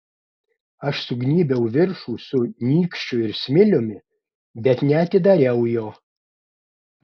aš sugnybiau viršų su nykščiu ir smiliumi bet neatidariau jo